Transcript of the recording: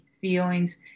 feelings